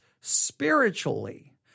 spiritually